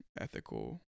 ethical